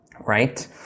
Right